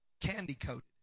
candy-coated